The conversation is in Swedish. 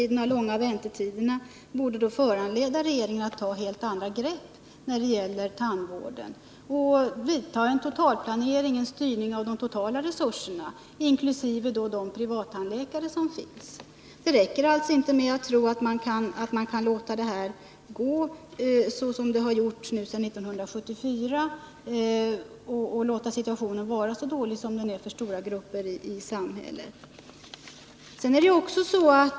De långa väntetiderna borde föranleda regeringen att ta helt andra grepp när det gäller tandvården — göra en totalplanering, en styrning av de totala resurserna, inkl. privattandläkarna. Det räcker alltså inte med att tro att man kan låta det hela gå så som det har gått sedan 1974, låta situationen vara så dålig som den är för stora grupper i samhället.